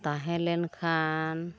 ᱛᱟᱦᱮᱸ ᱞᱮᱱᱠᱷᱟᱱ